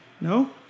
No